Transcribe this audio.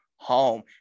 home